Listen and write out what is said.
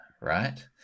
right